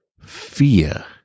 Fear